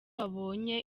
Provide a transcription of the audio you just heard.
wabonye